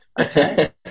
Okay